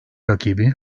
rakibi